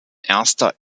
erster